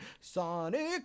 Sonic